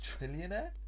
trillionaire